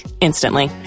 instantly